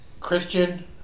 Christian